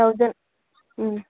thousand